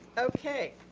okay.